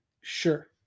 Sure